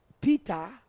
Peter